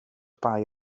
bai